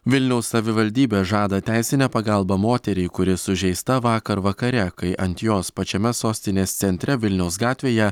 vilniaus savivaldybė žada teisinę pagalbą moteriai kuri sužeista vakar vakare kai ant jos pačiame sostinės centre vilniaus gatvėje